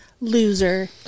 Loser